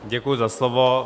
Děkuji za slovo.